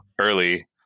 early